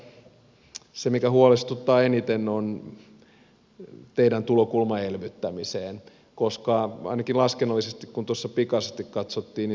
ehkä se mikä huolestuttaa eniten on teidän tulokulmanne elvyttämiseen koska ainakin laskennallisesti kun tuossa pikaisesti katsottiin